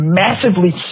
massively